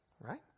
right